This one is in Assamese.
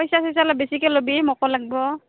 পইচা চইচা অলপ বেছিকে ল'বি মোকো লাগিব